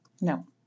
No